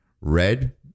Red